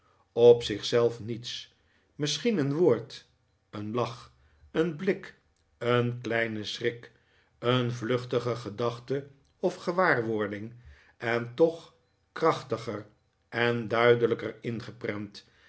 op zich zelf niets misschien een woord een lach een blik een kleine schrik een vluchtige gedachte of gewaarwording en toch krachtiger en duidelijker ingeprent